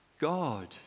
God